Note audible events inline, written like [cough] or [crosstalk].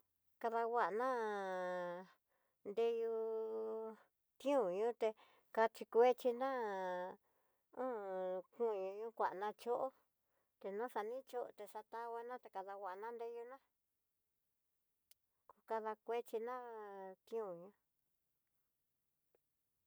Kadanguana nreyú'u kió yuté, kachi kuechiná un [hesitation] kuñoño kuana chió, enoxanicho nixakanguana tekadanguana nreyuná, kadakuechina kioná.